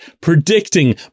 predicting